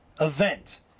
event